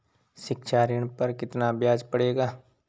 शिक्षा ऋण पर कितना ब्याज पड़ेगा?